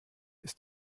ist